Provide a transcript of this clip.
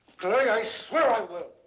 like i swear i will!